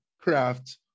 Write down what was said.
craft